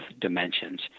dimensions